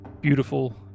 beautiful